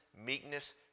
meekness